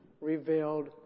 revealed